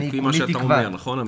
זה מה שאתה אומר, נכון אמיר?